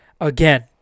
again